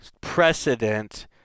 precedent